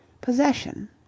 possession